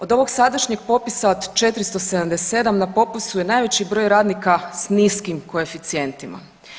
Od ovog sadašnjeg popisa od 477 na popisu je najveći broj radnika s niskim koeficijentima.